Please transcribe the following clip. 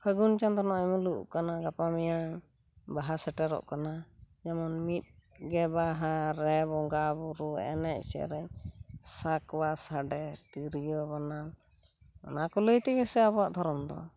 ᱯᱷᱟᱹᱜᱩᱱ ᱪᱟᱸᱫᱚ ᱱᱚᱜᱼᱚᱭ ᱢᱩᱞᱩᱜ ᱟᱠᱟᱱᱟ ᱜᱟᱯᱟ ᱢᱮᱭᱟᱝ ᱵᱟᱦᱟ ᱥᱴᱮᱨᱚᱜ ᱠᱟᱱᱟ ᱡᱮᱢᱚᱱ ᱢᱤᱫ ᱜᱮ ᱵᱟᱦᱟ ᱨᱮ ᱵᱚᱸᱜᱟ ᱵᱩᱨᱩ ᱮᱱᱮᱡ ᱥᱮᱨᱮᱧ ᱥᱟᱠᱚᱣᱟ ᱥᱟᱰᱮ ᱛᱤᱨᱭᱳ ᱵᱟᱱᱟᱢ ᱚᱱᱟ ᱠᱚ ᱞᱟᱹᱭ ᱛᱮᱜᱮ ᱥᱮ ᱟᱵᱚᱣᱟᱜ ᱫᱷᱚᱨᱚᱢ ᱫᱚ